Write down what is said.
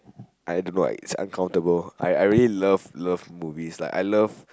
I don't know it's uncountable I I really love love movies like I love